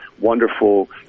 Wonderful